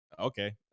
okay